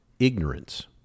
ignorance